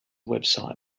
website